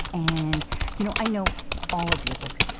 and you know i know all of your books.